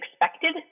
expected